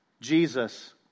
Jesus